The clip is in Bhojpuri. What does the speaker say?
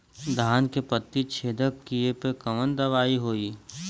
धान के पत्ती छेदक कियेपे कवन दवाई होई?